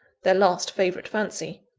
their last favourite fancy.